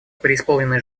преисполнены